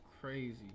crazy